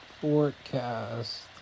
forecast